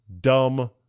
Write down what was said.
dumb